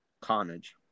Carnage